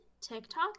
TikTok